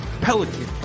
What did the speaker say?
Pelican